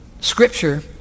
scripture